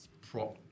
prop